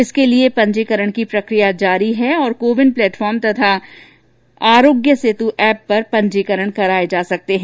इसके लिए पंजीकरण प्रक्रिया जारी है और को विन प्लेटफॉर्म तथा आरोग्य सेतु एप पर पंजीकरण कराये जा सकते हैं